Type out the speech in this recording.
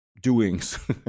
doings